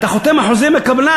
אתה חותם על החוזה עם הקבלן,